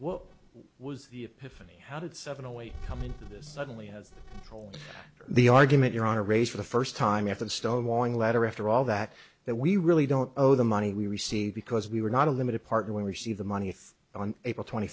what was the if any how did seven only come into this suddenly as the argument you're on a raise for the first time after the stonewalling letter after all that that we really don't owe the money we received because we were not a limited partner we receive the money on april twenty